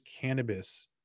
cannabis